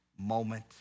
moment